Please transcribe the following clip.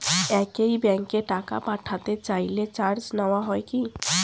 একই ব্যাংকে টাকা পাঠাতে চাইলে চার্জ নেওয়া হয় কি?